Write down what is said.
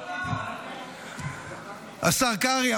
השר קרעי,